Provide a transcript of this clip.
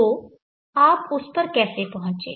तो आप उस पर कैसे पहुंचे